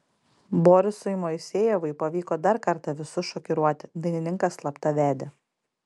borisui moisejevui pavyko dar kartą visus šokiruoti dainininkas slapta vedė